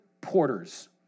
porters